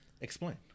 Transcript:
Explain